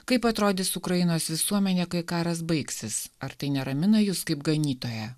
kaip atrodys ukrainos visuomenė kai karas baigsis ar tai neramina jus kaip ganytoją